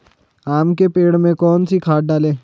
आम के पेड़ में कौन सी खाद डालें?